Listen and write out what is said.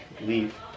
Leave